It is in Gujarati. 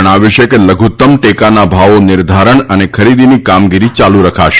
જણાવ્યું છે કે લઘુત્તમ ટેકાના ભાવો નિર્ધારણ અને ખરીદીની કામગીરી યાલુ રખાશે